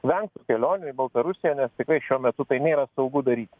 vengtų kelionių į baltarusiją nes tikrai šiuo metu tai nėra saugu daryti